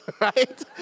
right